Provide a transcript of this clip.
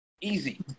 Easy